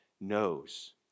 knows